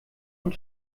und